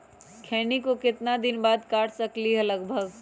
खैनी को कितना दिन बाद काट सकलिये है लगभग?